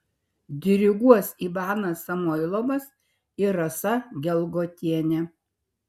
diriguos ivanas samoilovas ir rasa gelgotienė